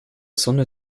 sonne